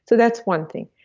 so that's one thing,